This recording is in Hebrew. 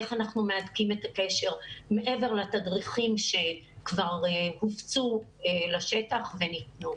איך אנחנו מהדקים את הקשר מעבר לתדריכים שכבר הופצו לשטח וניתנו.